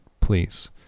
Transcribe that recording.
please